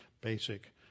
basic